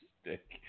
stick